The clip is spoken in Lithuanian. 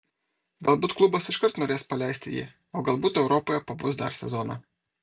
galbūt klubas iškart norės paleisti jį o galbūt europoje pabus dar sezoną